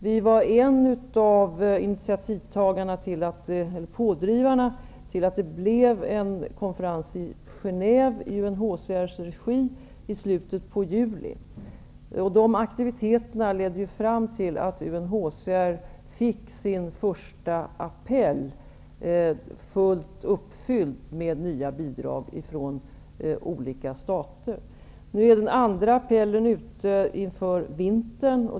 Vi var ett av de pådrivande länder som såg till att det blev en konferens i Genève i UNHCR:s regi i slutet av juli. Dessa aktiviteter ledde fram till att UNHCR fick sin första appell uppfylld med nya bidrag från olika stater. Nu är den andra appellen ute inför vintern.